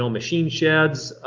so machine sheds,